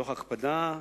תוך הקפדה,